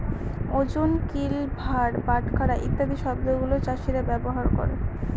ওজন, কিল, ভার, বাটখারা ইত্যাদি শব্দগুলা চাষীরা ব্যবহার করে